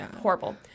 horrible